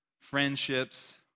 friendships